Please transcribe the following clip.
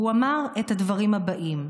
והוא אמר את הדברים הבאים: